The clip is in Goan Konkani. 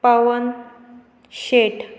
पावन शेट